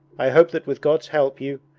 i hope that with god's help you.